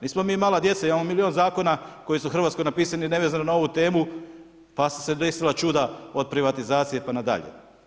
Nismo mi mala djeca, ima milijun zakona, koji su u Hrvatskoj napisani, nevezano na ovu temu, pa su se desila čuda od privatizacije pa nadalje.